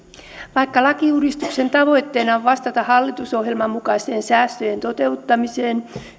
lakiuudistuksen tavoitteena on vastata hallitusohjelman mukaisten säästöjen toteuttamiseen